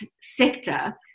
sector